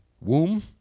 womb